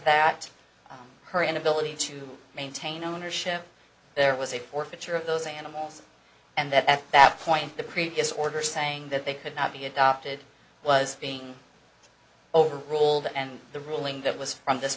fact her inability to maintain ownership there was a forfeiture of those animals and that at that point the previous order saying that they could not be adopted was being overruled and the ruling that was from this